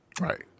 Right